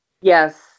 Yes